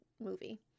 movie